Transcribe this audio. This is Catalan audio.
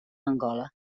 angola